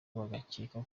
bagakeka